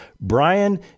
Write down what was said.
Brian